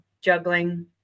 juggling